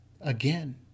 again